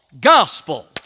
gospel